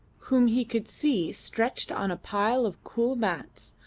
whom he could see stretched on a pile of cool mats,